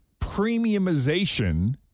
premiumization